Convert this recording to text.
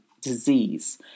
disease